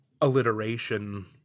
alliteration